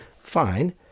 Fine